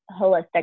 holistic